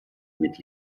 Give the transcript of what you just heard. mit